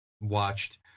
watched –